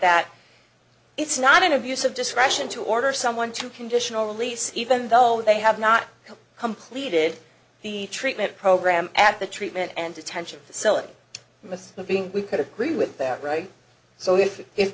that it's not an abuse of discretion to order someone to conditional release even though they have not completed the treatment program at the treatment and detention facility was being we could agree with that right so if